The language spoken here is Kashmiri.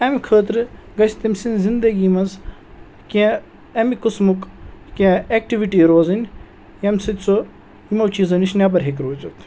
اَمہِ خٲطرٕ گژھِ تٔمۍ سٕنٛز زندگی منٛز کینٛہہ اَمہِ قٕسمُک کینٛہہ ایکٹِوِٹی روزٕنۍ ییٚمہِ سۭتۍ سُہ یِمو چیٖزو نِش نٮ۪بَر ہیٚکہِ روٗزِتھ